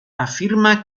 afirma